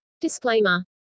Disclaimer